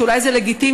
ואולי זה לגיטימי,